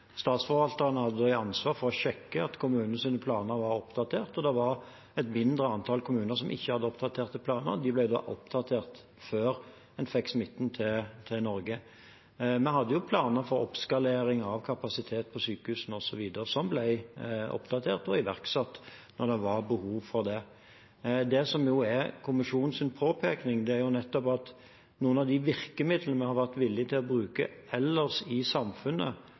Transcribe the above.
hadde ansvar for å sjekke at kommunenes planer var oppdatert. Det var et mindre antall kommuner som ikke hadde oppdaterte planer. De ble da oppdatert før en fikk smitten til Norge. Vi hadde planer for oppskalering av kapasiteten på sykehusene osv., som ble oppdatert og iverksatt da det var behov for det. Det som er kommisjonens påpekning, er nettopp at noen av de virkemidlene vi har vært villig til å bruke ellers i samfunnet